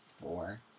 four